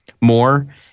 more